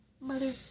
mother